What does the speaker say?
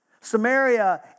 Samaria